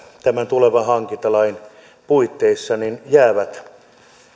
tämän tulevan hankintalain puitteissa jäävät